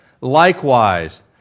likewise